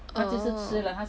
orh